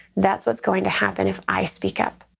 that's what's going to happen if i speak up.